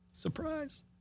surprise